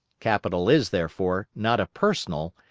capital is, therefore, not a personal,